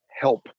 help